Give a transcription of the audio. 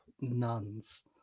nuns